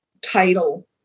title